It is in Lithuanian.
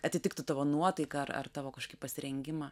atitiktų tavo nuotaiką ar ar tavo kažkokį pasirengimą